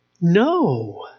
No